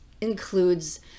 includes